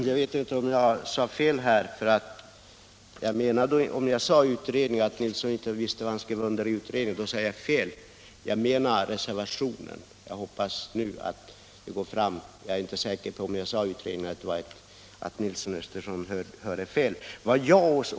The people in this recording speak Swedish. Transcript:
Herr talman! Om jag sade att herr Nilsson i Östersund inte visste vad han skrev under i utredningen sade jag fel. Jag menar reservationen, men är inte säker på om jag sade ”utredningen” eller om herr Nilsson hörde fel.